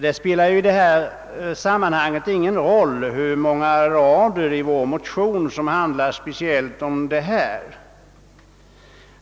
Det spelar i detta sammanhang ingen roll hur många rader i vår motion som handlar speciellt om detta.